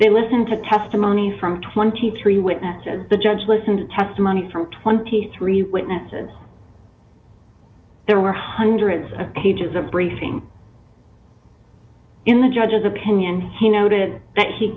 they listen to testimony from twenty three witnesses the judge listen to testimony from twenty three witnesses there were hundreds of pages of briefing in the judge's opinion he noted that he